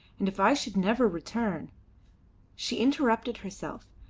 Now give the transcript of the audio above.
and if i should never return she interrupted herself,